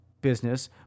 business